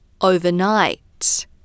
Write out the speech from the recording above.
overnight